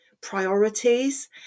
priorities